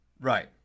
Right